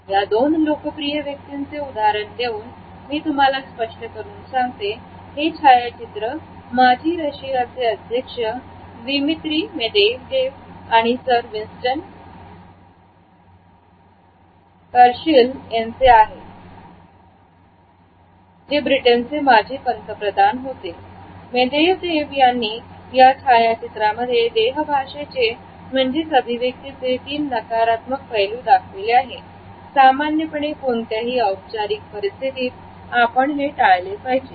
या दोन लोकप्रिय व्यक्ती चे उदाहरण देऊन मी तुम्हाला स्पष्ट करून सांगते हे छायाचित्र माजी रशियाचे अध्यक्ष द्विमित्री मेदेवदेव आणि सर विन्स्टन करशील यांचे आहेत जे ब्रिटनचे माजी पंतप्रधान होते मेदेवदेव यांनी या छायाचित्रांमध्ये देह भाषेचे म्हणजेच अभिव्यक्तीचे तीन नकारात्मक पैलू दाखविले आहे सामान्य पणे कोणत्याही औपचारिक परिस्थितीत आपण टाळले पाहिजे